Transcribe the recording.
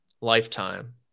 lifetime